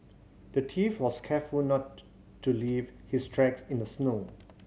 the thief was careful not to leave his tracks in the snow